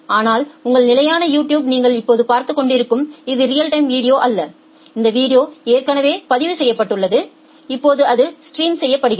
ஆனால் உங்கள் நிலையான யூடியூப் நீங்கள் இப்போது பார்த்துக் கொண்டிருப்பது இது ரியல் டைம் வீடியோ அல்ல அந்த வீடியோ ஏற்கனவே பதிவு செய்யப்பட்டுள்ளது இப்போது அது ஸ்ட்ரீம் செய்யப்படுகிறது